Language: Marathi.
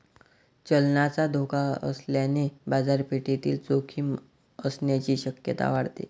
चलनाचा धोका असल्याने बाजारपेठेतील जोखीम असण्याची शक्यता वाढते